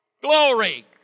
Glory